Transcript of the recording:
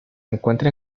encuentra